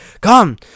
Come